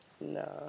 no